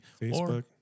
Facebook